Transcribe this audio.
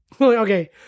Okay